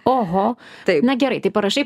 oho taip na gerai tai parašai